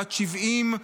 בת 70,